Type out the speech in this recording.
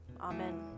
Amen